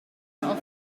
are